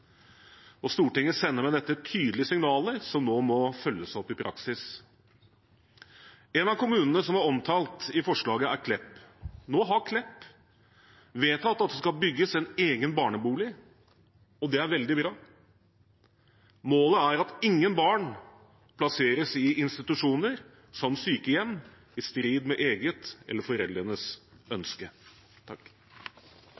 behandling. Stortinget sender med dette tydelige signaler som nå må følges opp i praksis. En av kommunene som er omtalt i forslaget, er Klepp. Nå har Klepp vedtatt at det skal bygges en egen barnebolig, og det er veldig bra. Målet er at ingen barn plasseres i institusjoner som sykehjem i strid med eget eller foreldrenes